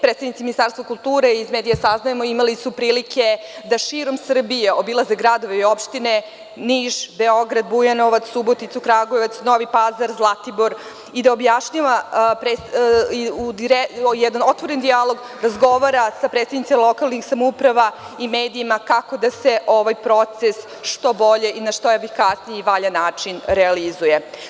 Predstavnici Ministarstva kulture, iz medija saznajemo, imali su prilike da širom Srbije obilaze gradove i opštine, Niš, Beograd, Bujanovac, Suboticu, Kragujeva, Novi Pazar, Zlatibor, i u otvorenom dijalogu razgovaraju sa predstavnicima lokalnih samouprava i medijima kako da se ovaj proces što bolje i na što efikasniji i valjan način realizuje.